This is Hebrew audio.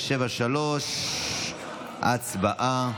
הצבעה.